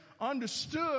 understood